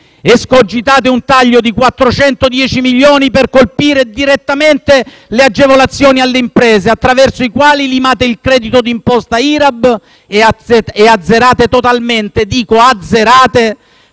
Escogitate un taglio di 410 milioni di euro per colpire direttamente le agevolazioni alle imprese, attraverso i quali limate il credito d'imposta IRAP e azzerate totalmente - dico, azzerate